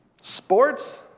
Sports